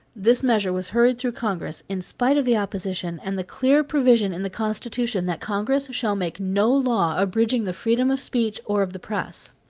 this measure was hurried through congress in spite of the opposition and the clear provision in the constitution that congress shall make no law abridging the freedom of speech or of the press.